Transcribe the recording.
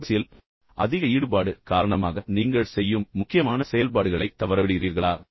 அலைபேசியில் அதிக ஈடுபாடு காரணமாக நீங்கள் செய்யும் முக்கியமான செயல்பாடுகளை நீங்கள் தவறவிடுகிறீர்களா